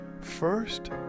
First